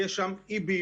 יש שם אי-בהירות,